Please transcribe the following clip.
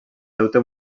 deute